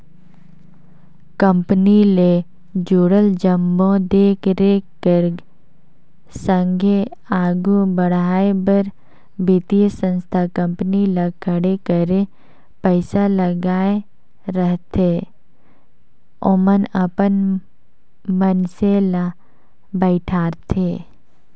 company ले जुड़ल जम्मो देख रेख कर संघे आघु बढ़ाए बर बित्तीय संस्था कंपनी ल खड़े करे पइसा लगाए रहिथे ओमन अपन मइनसे ल बइठारथे